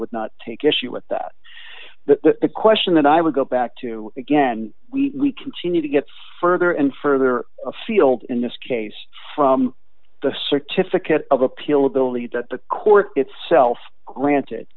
would not take issue with that the question that i would go back to again we continue to get further and further afield in this case from the certificate of appeal ability that the court itself granted